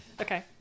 Okay